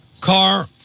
car